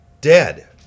dead